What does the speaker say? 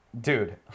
Dude